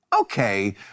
Okay